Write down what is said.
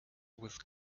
with